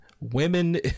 women